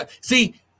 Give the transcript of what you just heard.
See